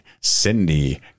Cindy